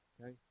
okay